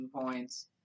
points